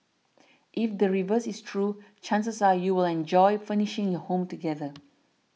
if the reverse is true chances are you'll enjoy furnishing your home together